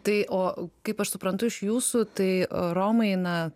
tai o kaip aš suprantu iš jūsų tai romai na